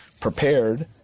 prepared